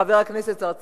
חבר הכנסת צרצור.